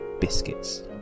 Biscuits